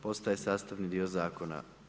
Postaje sastavni dio zakona.